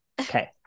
okay